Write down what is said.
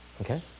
Okay